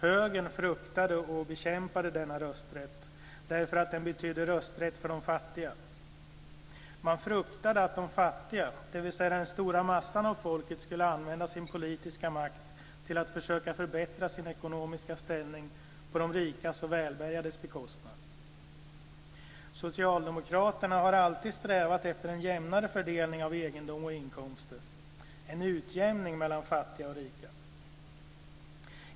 Högern fruktade och bekämpade denna rösträtt, därför att den betydde rösträtt för de fattiga. Man fruktade att de fattiga, dvs. den stora massan av folket, skulle använda sin politiska makt till att försöka förbättra sin ekonomiska ställning på de rikas och välbärgades bekostnad. Socialdemokraterna har alltid strävat efter en jämnare fördelning av egendom och inkomster, en utjämning mellan fattiga och rika.